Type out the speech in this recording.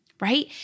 Right